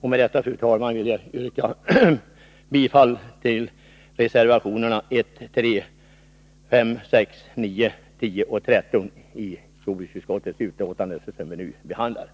Med detta, fru talman, vill jag yrka bifall till reservationerna 1, 3,5,6,9, 10 och 13 i jordbruksutskottets betänkande 34.